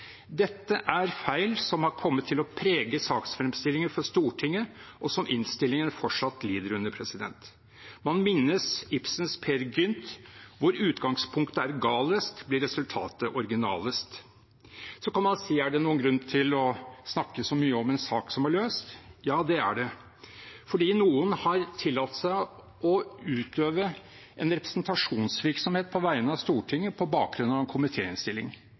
Dette er feil som har kommet til å prege saksfremstillingen for Stortinget, og som innstillingen fortsatt lider under. Man minnes Ibsens Peer Gynt: Hvor utgangspunktet er galest, blir resultatet originalest. Så kan man si: Er det noen grunn til å snakke så mye om en sak som er løst? Ja, det er det – fordi noen har tillatt seg å utøve en representasjonsvirksomhet på vegne av Stortinget på bakgrunn av en